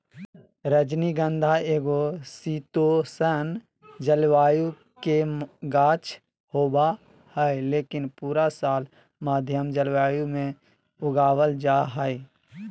रजनीगंधा एगो शीतोष्ण जलवायु के गाछ होबा हय, लेकिन पूरा साल मध्यम जलवायु मे उगावल जा हय